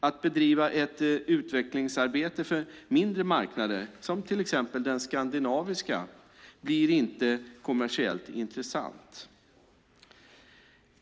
Att bedriva ett utvecklingsarbete för mindre marknader, till exempel den skandinaviska, blir inte kommersiellt intressant. Herr talman!